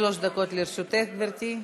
שלוש דקות לרשותך, גברתי.